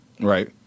Right